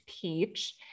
peach